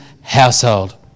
household